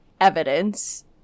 evidence